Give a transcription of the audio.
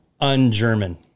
un-german